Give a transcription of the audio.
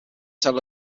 tell